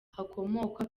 hakomoka